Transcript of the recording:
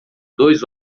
dois